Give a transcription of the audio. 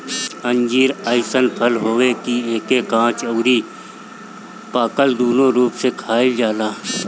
अंजीर अइसन फल हवे कि एके काच अउरी पाकल दूनो रूप में खाइल जाला